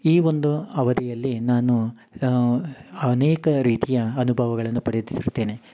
ಈ ಒಂದು ಅವಧಿಯಲ್ಲಿ ನಾನು ಅನೇಕ ರೀತಿಯ ಅನುಭವಗಳನ್ನ ಪಡೆದಿರುತ್ತೇನೆ